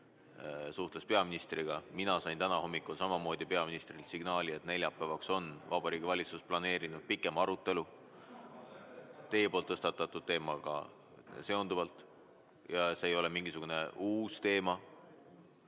esimees peaministriga. Mina sain täna hommikul samamoodi peaministrilt signaali, et neljapäevaks on Vabariigi Valitsus planeerinud pikema arutelu teie tõstatatud teemaga seonduvalt. See ei ole mingisugune uus teema.